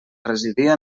residia